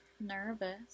nervous